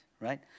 right